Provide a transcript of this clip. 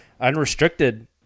unrestricted